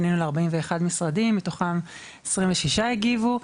פנינו ל-41 משרדים, מתוכם 26 הגיבו.